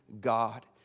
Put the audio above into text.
God